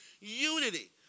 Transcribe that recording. unity